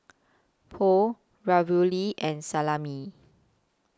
Pho Ravioli and Salami